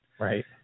Right